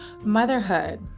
motherhood